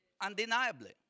undeniably